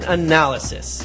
analysis